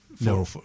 No